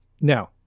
Now